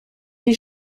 die